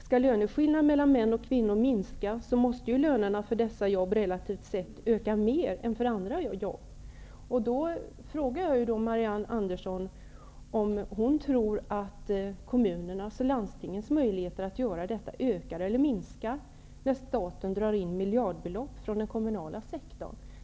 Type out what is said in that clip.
Skall skillnaderna mellan mäns och kvinnors löner minska, måste lönerna för dessa jobb relativt sett öka mer än vad som gäller för andra jobb. Jag vill fråga Marianne Andersson om hon tror att kommunernas och landstingens möjligheter i detta sammanhang ökar eller minskar när staten drar in miljardbelopp från den kommunala sektorn.